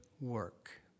work